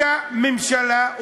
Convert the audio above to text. אותה ממשלה,